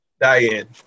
diane